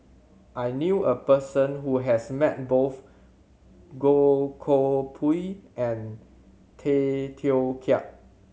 I knew a person who has met both Goh Koh Pui and Tay Teow Kiat